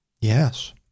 Yes